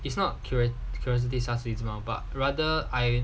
it's not accurate because this ask me tomorrow but rather I